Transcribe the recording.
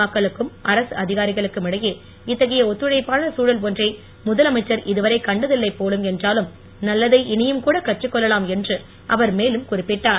மக்களுக்கும் அரசு அதிகாரிகளுக்கும் இடையே இத்தகைய ஒத்துழைப்பான தழல் ஒன்றை முதலமைச்சர் இதுவரை கண்டநல்லை போலும் என்றாலும் நல்லதை இனியும் கூட கற்றுக் கொள்ளலாம் என்று அவர் மேலும் குறிப்பிட்டார்